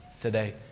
today